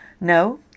No